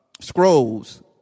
scrolls